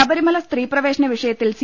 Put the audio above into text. ശബരിമല സ്ത്രീ പ്രവേശന വിഷയത്തിൽ സി